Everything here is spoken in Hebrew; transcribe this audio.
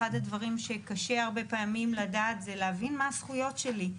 אחד הדברים שקשה הרבה פעמים לדעת זה להבין מה הזכויות שלי.